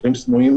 שוטרים סמויים,